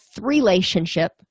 Relationship